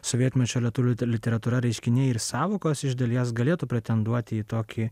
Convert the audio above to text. sovietmečio lietuvių literatūra reiškiniai ir sąvokos iš dalies galėtų pretenduoti į tokį